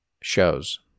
shows